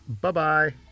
Bye-bye